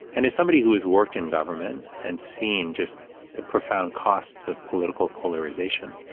and as somebody who has worked in government and seen just the profound costs of political polarization,